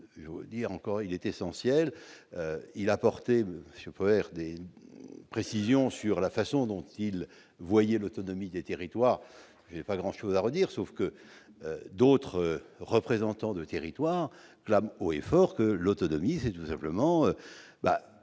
je veux redire qu'il est essentiel. M. Poher a apporté des précisions sur la façon dont il voit l'autonomie des territoires. Je n'ai pas grand-chose à ajouter, sinon que d'autres représentants des territoires clament haut et fort que l'autonomie, c'est tout simplement